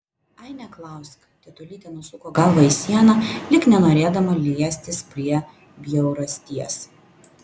ai neklausk tetulytė nusuko galvą į sieną lyg nenorėdama liestis prie bjaurasties